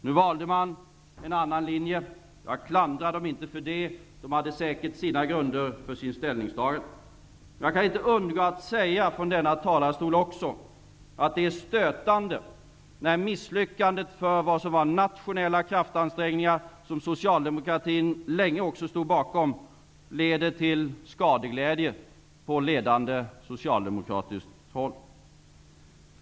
De valde en annan linje. Jag klandrar dem inte för det. De hade säkert sina grunder för sitt ställningstagande. Jag kan dock inte låta bli att säga att det är stötande när misslyckandet för vad som var nationella kraftansträngningar, som också socialdemokraterna länge stod bakom, leder till skadeglädje från ledande socialdemokratiskt håll.